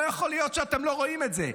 לא יכול להיות שאתם לא רואים את זה.